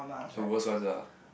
the worse ones ah